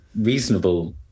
reasonable